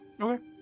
Okay